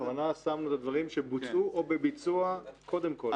בכוונה שמנו את הדברים שבוצעו או בביצוע קודם כל.